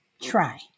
try